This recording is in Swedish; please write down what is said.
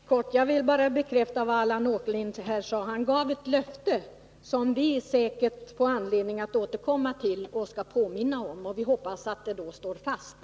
Herr talman! Jag vill helt kort bara understryka att Allan Åkerlind här gav ett löfte, som vi säkert får anledning att återkomma till och som vi skall påminna om. Vi hoppas att det då står fast.